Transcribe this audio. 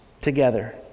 together